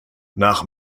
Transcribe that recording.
nach